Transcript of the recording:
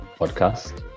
podcast